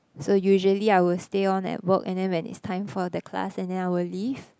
so usually I will stay on at work and then when it's time for that class and then I will leave